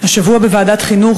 השבוע קיימתי בוועדת החינוך,